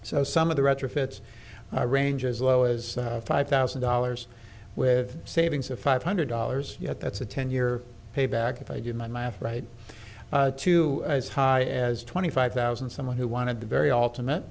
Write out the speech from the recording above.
so some of the retrofits range as low as five thousand dollars with savings of five hundred dollars yet that's a ten year payback if i do my math right to as high as twenty five thousand someone who wanted to very alternate